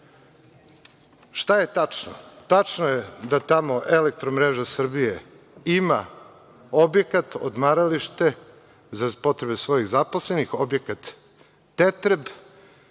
je tačno? Tačno je da tamo „Elektromreža Srbije“ ima objekat, odmaralište za potrebe svojih zaposlenih, objekat „Tetreb“.